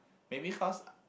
maybe cause